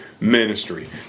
ministry